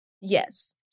Yes